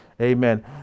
Amen